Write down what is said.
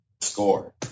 score